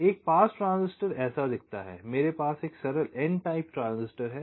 तो एक पास ट्रांजिस्टर ऐसा दिखता है मेरे पास एक सरल n टाइप ट्रांजिस्टर है